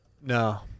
No